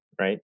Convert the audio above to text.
right